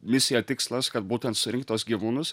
misija tikslas kad būtent surinkt tuos gyvūnus